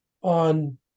on